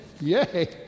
yay